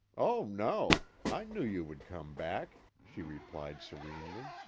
oh, no. i knew you would come back, she replied serenely.